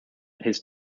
his